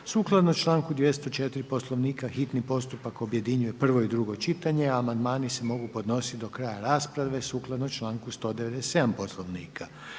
Sukladno članku 204. Poslovnika hitni postupak objedinjuje prvo i drugo čitanje, a amandmani se mogu podnositi do kraja rasprave sukladno članku 197. Poslovnika.